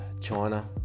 China